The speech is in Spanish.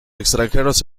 extranjeros